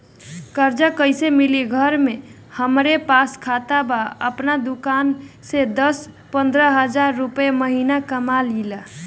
कर्जा कैसे मिली घर में हमरे पास खाता बा आपन दुकानसे दस पंद्रह हज़ार रुपया महीना कमा लीला?